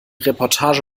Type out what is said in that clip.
reportage